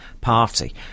party